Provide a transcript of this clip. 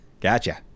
Gotcha